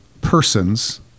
persons